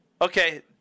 Okay